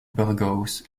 burgos